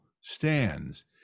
stands